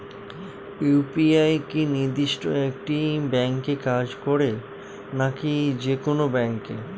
UPI কি নির্দিষ্ট একটি ব্যাংকে কাজ করে নাকি যে কোনো ব্যাংকে?